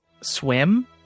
swim